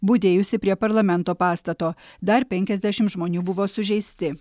budėjusį prie parlamento pastato dar penkiasdešim žmonių buvo sužeisti